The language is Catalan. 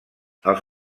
els